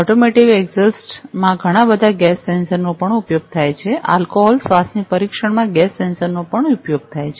automotive એક્ઝોસ્ટ્સમાં ઘણા બધા ગેસ સેન્સરનો પણ ઉપયોગ થાય છે આલ્કોહોલ શ્વાસની પરીક્ષણમાં ગેસ સેન્સરનો પણ ઉપયોગ થાય છે